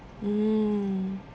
mm